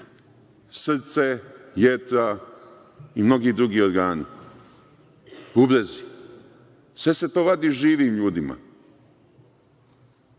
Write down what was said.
srce, jetra i mnogi drugi organi, bubrezi. Sve se to vadi živim ljudima.